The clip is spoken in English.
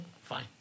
fine